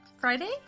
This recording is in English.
Friday